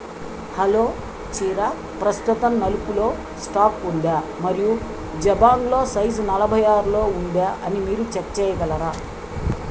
hello చీర ప్రస్తుతం నలుపులో స్టాక్ ఉందా మరియు జబాంగ్లో సైజు నలభై ఆరులో ఉందా అని మీరు చెక్ చేయగలరా